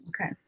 Okay